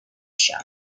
shop